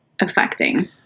affecting